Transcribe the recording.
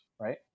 right